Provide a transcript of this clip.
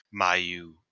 Mayu